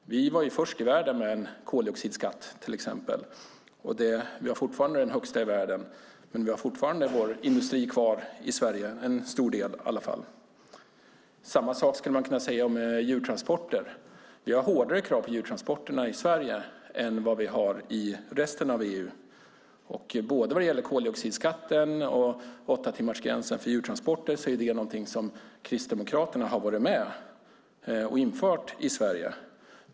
Men Sverige var först i världen till exempel med att införa en koldioxidskatt. Fortfarande är den högst i världen. Ändå har vi kvar i alla fall en stor del av industrin i Sverige. Samma sak skulle man kunna säga om djurtransporterna. Sverige har hårdare krav på djurtransporter än resten av EU-länderna har. Både koldioxidskatten och åttatimmarsgränsen för djurtransporter har Kristdemokraterna varit med om att införa i Sverige.